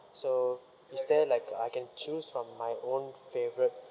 so is there like I can choose from my own favourite